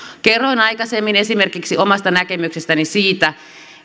kerroin aikaisemmin esimerkiksi omasta näkemyksestäni siitä